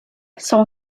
son